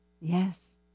Yes